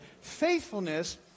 Faithfulness